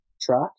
track